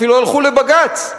אפילו הלכו לבג"ץ.